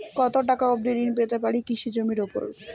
কত টাকা অবধি ঋণ পেতে পারি কৃষি জমির উপর?